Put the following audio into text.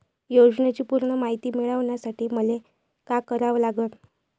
योजनेची पूर्ण मायती मिळवासाठी मले का करावं लागन?